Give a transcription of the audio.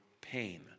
pain